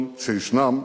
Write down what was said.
שישנם,